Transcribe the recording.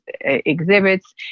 exhibits